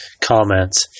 comments